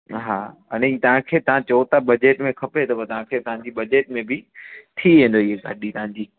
हा अने हीअ तव्हांखे तव्हां चओ था बजट में खपे त मां तव्हांखे तव्हांजी बजट में बि थी वेंदव इहा गाॾी तव्हांजी